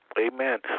Amen